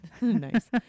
Nice